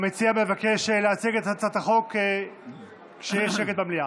המציע מבקש להציג את הצעת החוק כשיש שקט במליאה.